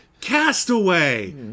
Castaway